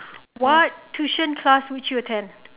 what tuition class would you attend